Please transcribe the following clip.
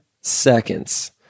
seconds